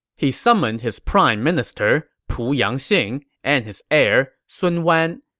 he summoned his prime minister, pu yangxing, and his heir, sun wan.